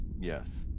Yes